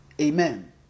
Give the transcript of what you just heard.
Amen